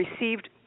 received